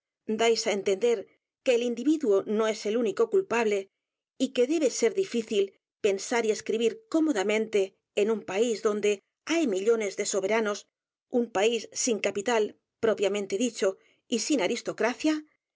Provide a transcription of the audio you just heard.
dais á entender que el individuo no es el único culpable y que debe ser difícil pensar y escribir cómodamente en un país donde hay millones de soberanos un país sin capital propiamente dicho y sin aristocracia